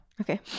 Okay